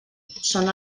són